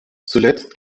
zuletzt